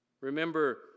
Remember